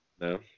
No